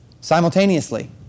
Simultaneously